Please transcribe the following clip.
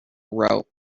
wrote